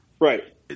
Right